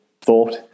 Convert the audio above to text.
thought